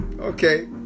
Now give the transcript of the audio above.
Okay